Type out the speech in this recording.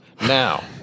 now